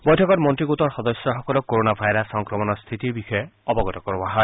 বৈঠকত মন্তী গোটৰ সদস্যসকলক কৰোনা ভাইৰাছ সংক্ৰমণৰ স্থিতিৰ বিষয়ে অৱগত কৰোৱা হয়